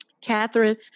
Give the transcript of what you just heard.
Catherine